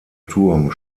turm